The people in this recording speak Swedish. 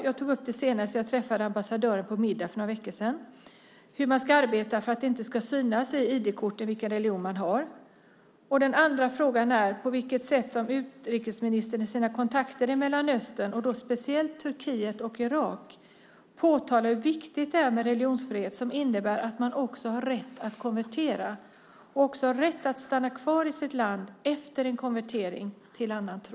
Jag tog upp det senast när jag träffade ambassadören på middag för några veckor sedan. Hur ska man arbeta för att det inte ska synas i ID-korten vilken religion man har? Den andra frågan är: På vilket sätt påtalar utrikesministern i sina kontakter i Mellanöstern, speciellt Turkiet och Irak, hur viktigt det är med religionsfrihet, som innebär att man också har rätt att konvertera och har rätt att stanna kvar i sitt land efter en konvertering till annan tro?